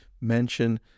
Mention